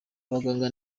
abaganga